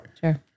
Sure